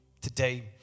today